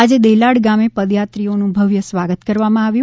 આજે દેલાડ ગામે પદયાત્રીઓનું ભવ્ય સ્વાગત કરવામાં આવ્યું